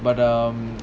but um